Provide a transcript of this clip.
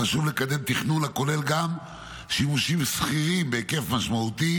חשוב לקדם תכנון הכולל גם שימושים סחירים בהיקף משמעותי